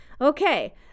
Okay